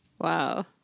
Wow